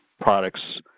products